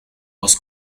was